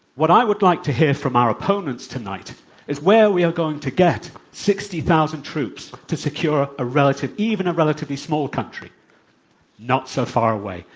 what i would like to hear from our opponents tonight is where we are going to get sixty thousand troops to secure a relative even a relatively small country not so far away,